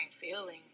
feeling